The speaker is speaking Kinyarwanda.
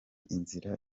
inzira